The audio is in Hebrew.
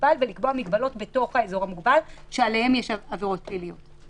המוגבל ולקבוע מגבלות בתוך האזור המוגבל שעליהן יש עבירות פליליות.